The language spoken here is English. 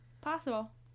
Possible